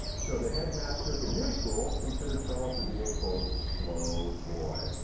so the headmaster at the new school considered charles to be a, quote, slow boy.